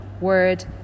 word